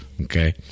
Okay